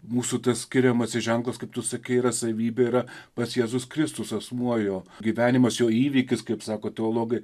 mūsų skiriamasis ženklas kaip tu sakei yra savybė yra pats jėzus kristus asmuo jo gyvenimas jo įvykis kaip sako teologai